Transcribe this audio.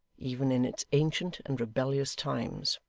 even in its ancient and rebellious times.